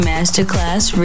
Masterclass